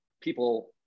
people